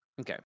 Okay